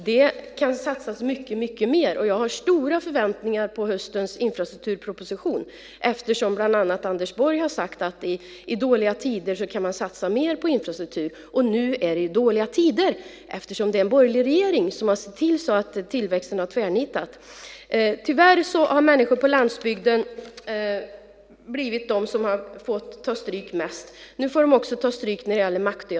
Det kan satsas mycket mer, och jag har stora förväntningar på höstens infrastrukturproposition eftersom bland andra Anders Borg har sagt att man kan satsa mer på infrastruktur i dåliga tider. Nu är det ju dåliga tider, eftersom det är en borgerlig regering som har sett till att tillväxten har tvärnitat. Tyvärr har människor på landsbygden fått ta mest stryk. Nu får de också ta stryk när det gäller mackdöden.